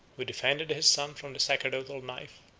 who defended his son from the sacerdotal knife,